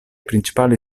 principali